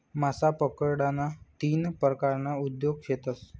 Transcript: मासा पकडाना तीन परकारना उद्योग शेतस